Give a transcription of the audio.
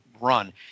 Run